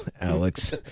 alex